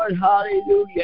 Hallelujah